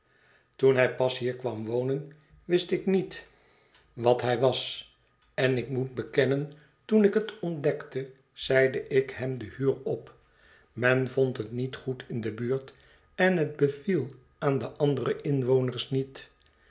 toen hij pas hier kwam wonen wist ik niet wat hij was en ik moet bekennen toen ik het ontdekte zeide ik hem de huur op men vond het niet goed in de buurt en het beviel aan de andere inwoners niet